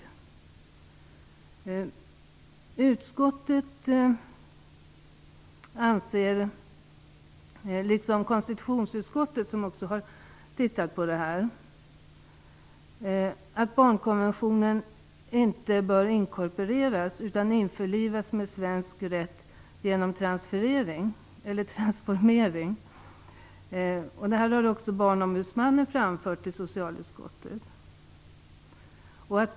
Socialutskottet - liksom konstitutionsutskottet, som också har tittat på det här - anser att barnkonventionen inte bör inkorporeras utan att den bör införlivas i svensk rätt genom transformering. Det har även Barnombudsmannen framfört till socialutskottet.